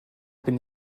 bin